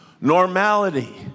normality